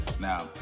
Now